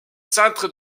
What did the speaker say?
centres